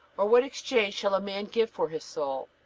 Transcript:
or what exchange shall a man give for his soul?